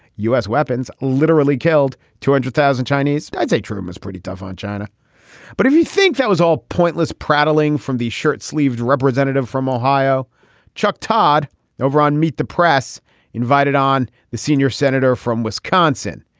u s. weapons literally killed two hundred thousand chinese. i'd say truman is pretty tough on china but if you think that was all pointless prattling from the shirt sleeved representative from ohio chuck todd over on meet the press invited on the senior senator from wisconsin.